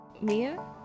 Mia